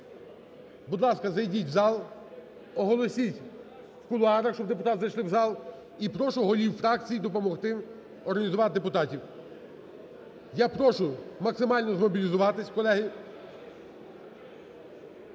Будь ласка, зайдіть у зал. Оголосіть у кулуарах, щоб депутати зайшли в зал і прошу голів фракцій допомогти організувати депутатів. Я прошу максимально змобілізуватися, колеги.